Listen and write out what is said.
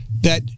That-